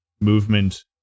movement